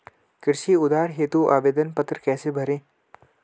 कृषि उधार हेतु आवेदन पत्र कैसे भरें?